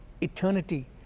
eternity